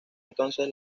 entonces